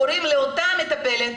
קוראים לאותה מטפלת,